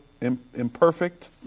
imperfect